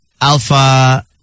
alpha